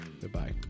Goodbye